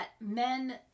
men